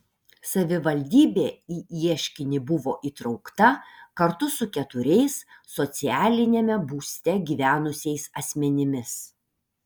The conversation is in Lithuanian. savivaldybė į ieškinį buvo įtraukta kartu su keturiais socialiniame būste gyvenusiais asmenimis